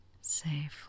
Safely